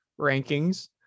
rankings